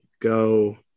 go